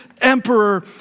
emperor